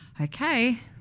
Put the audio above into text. okay